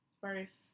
first